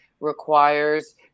requires